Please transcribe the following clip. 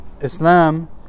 Islam